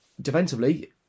defensively